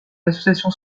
l’association